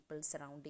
surrounding